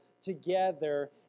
together